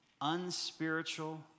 unspiritual